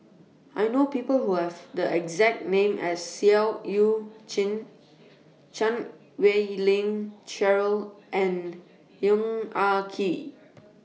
I know People Who Have The exact name as Seah EU Chin Chan Wei Ling Cheryl and Yong Ah Kee